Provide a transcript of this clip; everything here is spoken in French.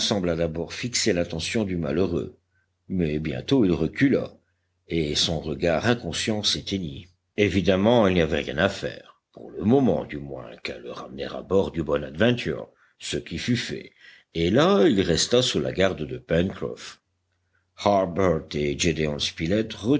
d'abord fixer l'attention du malheureux mais bientôt il recula et son regard inconscient s'éteignit évidemment il n'y avait rien à faire pour le moment du moins qu'à le ramener à bord du bonadventure ce qui fut fait et là il resta sous la garde de